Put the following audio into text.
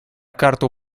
карту